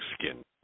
skin